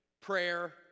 prayer